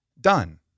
done